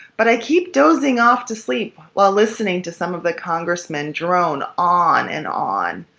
but i keep dozing off to sleep while listening to some of the congressmen drone on and on.